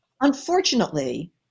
Unfortunately